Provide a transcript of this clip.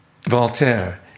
Voltaire